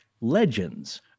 legends